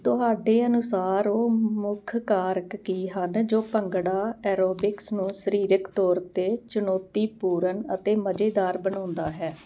ਤੁਹਾਡੇ ਅਨੁਸਾਰ ਉਹ ਮੁੱਖ ਕਾਰਕ ਕੀ ਹਨ ਜੋ ਭੰਗੜਾ ਐਰੋਬਿਕਸ ਨੂੰ ਸਰੀਰਕ ਤੌਰ 'ਤੇ ਚੁਣੌਤੀ ਪੂਰਨ ਅਤੇ ਮਜ਼ੇਦਾਰ ਬਣਾਉਂਦਾ ਹੈ